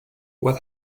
what